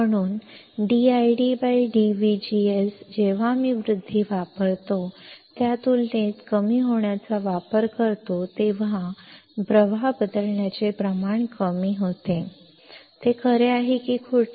म्हणून dd जेव्हा मी वृद्धी वापरतो त्या तुलनेत मी कमी होण्याचा वापर करतो तेव्हा प्रवाह बदलण्याचे प्रमाण कमी होते ते खरे आहे की खोटे